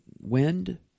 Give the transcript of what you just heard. wind